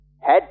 Head